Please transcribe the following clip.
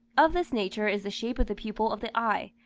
of this nature is the shape of the pupil of the eye,